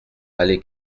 allée